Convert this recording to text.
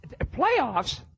Playoffs